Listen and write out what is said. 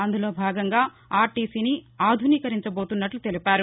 అందులో భాగంగా ఆర్టీసీని ఆధునీకరించబోతున్నట్ల తెలిపారు